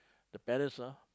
the parents ah